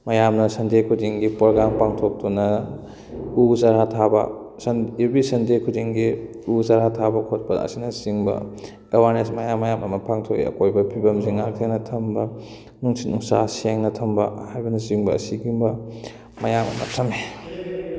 ꯃꯌꯥꯝꯅ ꯁꯟꯗꯦ ꯈꯨꯗꯤꯡꯒꯤ ꯄ꯭ꯔꯣꯒꯥꯝ ꯄꯥꯡꯊꯣꯛꯇꯨꯅ ꯎ ꯆꯥꯔꯥ ꯊꯥꯕ ꯑꯦꯕ꯭ꯔꯤ ꯁꯟꯗꯦ ꯈꯨꯗꯤꯡꯒꯤ ꯎ ꯆꯥꯔꯥ ꯊꯥꯕ ꯈꯣꯠꯄ ꯑꯁꯤꯅ ꯆꯤꯡꯕ ꯑꯦꯋꯥꯔꯅꯦꯁ ꯃꯌꯥꯝ ꯃꯌꯥꯝ ꯑꯃ ꯄꯥꯡꯊꯣꯛꯑꯦ ꯑꯀꯣꯏꯕ ꯐꯤꯕꯝꯁꯤ ꯉꯥꯛꯇꯨꯅ ꯊꯝꯕ ꯅꯨꯡꯁꯤꯠ ꯅꯨꯡꯁꯥ ꯁꯦꯡꯅ ꯊꯝꯕ ꯍꯥꯏꯕꯅ ꯆꯤꯡꯕ ꯑꯁꯤꯒꯨꯝꯕ ꯃꯌꯥꯝ ꯑꯃ ꯊꯝꯏ